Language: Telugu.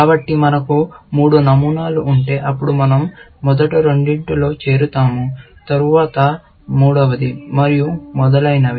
కాబట్టి మనకు మూడు నమూనాలు ఉంటే అప్పుడు మనం మొదట రెండింటిలో చేరతాము తరువాత మూడవది మరియు మొదలైనవి